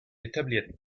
etabliert